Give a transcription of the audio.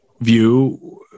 view